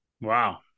Wow